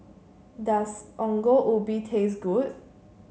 does Ongol Ubi taste good